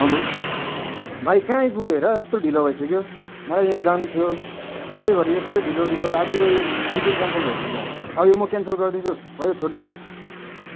hello भाइ कहाँ आइपुग्यो हेर यत्रो ढिलो भइस्क्यो मलाई यहाँ जानु थियो सधैँभरि यस्तै ढिलो ढिलो अब मेरो यो मिटिङ क्यान्सल भइसक्यो अब यो म क्यान्सल गर्दैछु भयो छोडदेऊ